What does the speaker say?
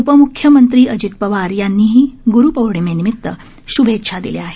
उपम्ख्यमंत्री अजित पवार यांनीही ग्रूपौर्णिमेच्या शुभेच्छा दिल्या आहेत